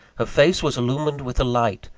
her face was illumined with a light,